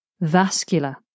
vascular